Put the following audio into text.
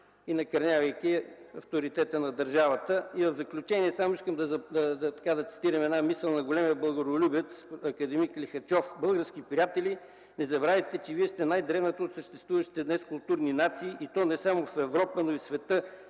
и накърнявайки авторитета на държавата. В заключение ще цитирам една мисъл на големия българолюбец акад. Лихачов: „Български приятели, не забравяйте, че вие сте най-древната от съществуващите днес културни нации и то не само в Европа, а и в света.